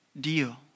deal